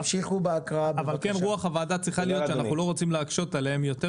אנחנו לא רוצים להקשות עליהם,